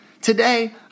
Today